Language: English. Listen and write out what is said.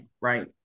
right